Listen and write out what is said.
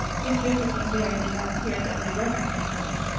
miss josephine barry did not appear at the early breakfast the next morning.